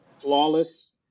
flawless